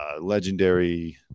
Legendary